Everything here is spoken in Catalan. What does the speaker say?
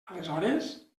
aleshores